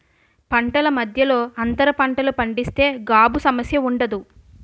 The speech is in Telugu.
పంటల మధ్యలో అంతర పంటలు పండిస్తే గాబు సమస్య ఉండదు